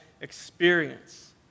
experience